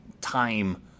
time